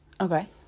Okay